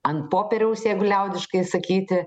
ant popieriaus jeigu liaudiškai sakyti